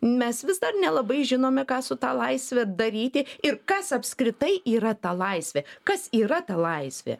mes vis dar nelabai žinome ką su ta laisve daryti ir kas apskritai yra ta laisvė kas yra ta laisvė